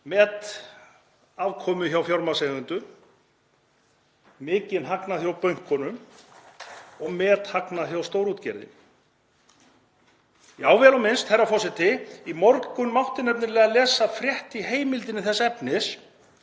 metafkomu hjá fjármagnseigendum, mikinn hagnað hjá bönkunum og methagnað hjá stórútgerðinni. Já, vel á minnst, herra forseti. Í morgun mátti nefnilega lesa frétt í Heimildinni þess efnis